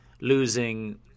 losing